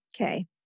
Okay